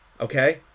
okay